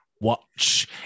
watch